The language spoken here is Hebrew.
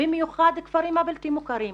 במיוחד הכפרים הבלתי מוכרים.